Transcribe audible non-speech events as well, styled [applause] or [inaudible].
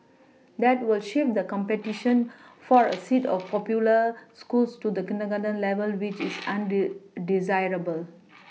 that will shift the competition [noise] for a seat of popular schools to the kindergarten level which is [noise] on due desirable [noise]